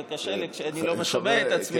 וקשה לי כשאני לא שומע את עצמי.